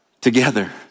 together